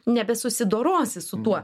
nebesusidorosi su tuo